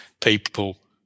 people